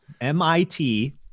mit